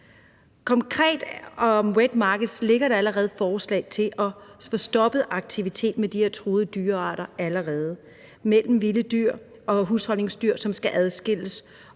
Konkret om wet markets ligger der allerede et forslag til at få stoppet aktivitet med de her truede dyrearter, mellem vilde dyr og husdyr, som skal adskilles,